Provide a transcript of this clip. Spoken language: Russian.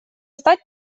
стать